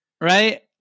right